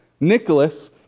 Nicholas